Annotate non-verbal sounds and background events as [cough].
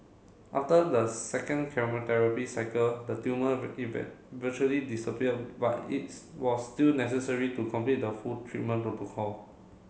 after the second chemotherapy cycle the tumour [unintelligible] virtually disappeared but its was still necessary to complete the full treatment protocol